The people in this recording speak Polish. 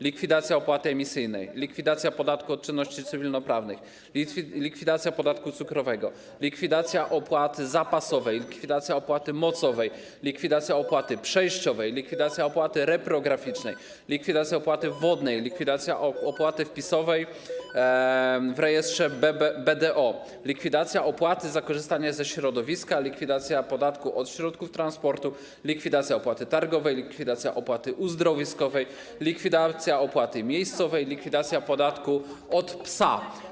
Likwidacja opłaty emisyjnej, likwidacja podatku od czynności cywilnoprawnych, likwidacja podatku cukrowego, likwidacja opłaty zapasowej, likwidacja opłaty mocowej, likwidacja opłaty przejściowej, likwidacja opłaty reprograficznej, likwidacja opłaty wodnej, likwidacja opłaty wpisowej w rejestrze BDO, likwidacja opłaty za korzystanie ze środowiska, likwidacja podatku od środków transportu, likwidacja opłaty targowej, likwidacja opłaty uzdrowiskowej, likwidacja opłaty miejscowej, likwidacja podatku od psa.